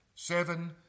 Seven